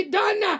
done